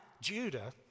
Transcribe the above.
Judah